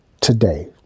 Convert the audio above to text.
today